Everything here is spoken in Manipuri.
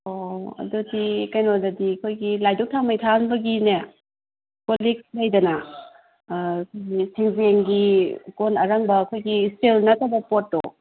ꯑꯣ ꯑꯗꯨꯗꯤ ꯀꯩꯅꯣꯗꯗꯤ ꯑꯩꯈꯣꯏꯒꯤ ꯂꯥꯏꯗꯨꯛ ꯊꯥꯎꯃꯩ ꯊꯥꯕꯒꯤꯅꯦ ꯀꯣꯜ ꯂꯤꯛ ꯂꯩꯗꯅ ꯁꯦꯟꯖꯦꯡꯒꯤ ꯀꯣꯜ ꯑꯔꯪꯕ ꯑꯩꯈꯣꯏꯒꯤ ꯏꯁꯇꯤꯜ ꯅꯠꯇꯕ ꯄꯣꯠꯇꯣ